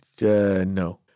no